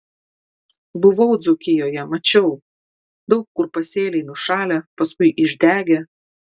buvau dzūkijoje mačiau daug kur pasėliai nušalę paskui išdegę